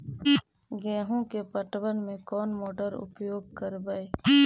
गेंहू के पटवन में कौन मोटर उपयोग करवय?